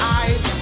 eyes